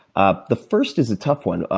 ah the first is a tough one,